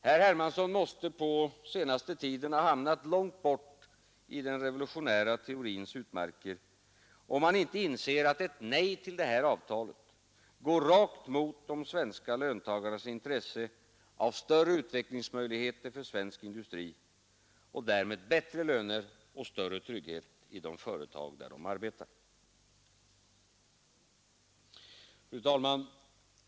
Herr Hermansson måste på senaste tiden ha hamnat långt borta i den revolutionära teorins utmarker, om han inte inser att ett nej till detta avtal går rakt emot de svenska löntagarnas intresse av större utvecklingsmöjligheter för svensk industri och därmed bättre löner och större trygghet i de företag där de arbetar. Fru talman!